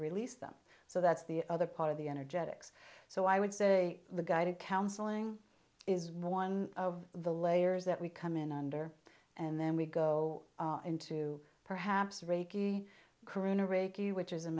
release them so that's the other part of the energetics so i would say the guided counseling is one of the layers that we come in under and then we go into perhaps reiki karuna reiki which is